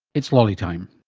it's lolly time.